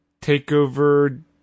TakeOver